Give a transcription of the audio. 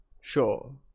Sure